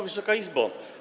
Wysoka Izbo!